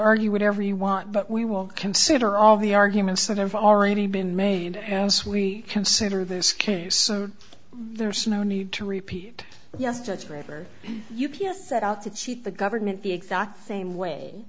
argue whatever you want but we will consider all the arguments that have already been made and as we consider this case there's no need to repeat yes judgement or u p s set out to cheat the government the exact same way